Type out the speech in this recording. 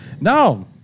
no